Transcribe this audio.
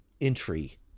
entry